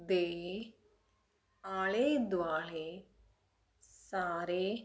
ਦੇ ਆਲੇ ਦੁਆਲੇ ਸਾਰੇ